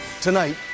Tonight